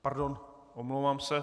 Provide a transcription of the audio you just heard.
Pardon, omlouvám se.